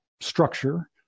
structure